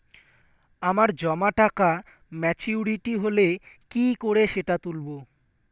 আমার জমা টাকা মেচুউরিটি হলে কি করে সেটা তুলব?